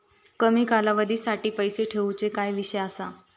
कमी कालावधीसाठी पैसे ठेऊचो काय विषय असा?